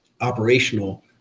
operational